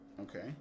okay